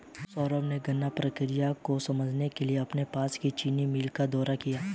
सौरभ ने गन्ना प्रक्रिया को समझने के लिए अपने पास की चीनी मिल का दौरा किया